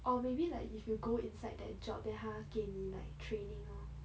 or maybe like if you go inside that job 它给你 like training lor